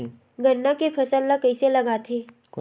गन्ना के फसल ल कइसे लगाथे?